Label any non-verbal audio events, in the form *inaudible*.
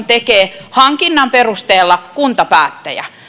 *unintelligible* tekee hankinnan perusteella kuntapäättäjä